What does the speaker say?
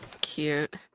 Cute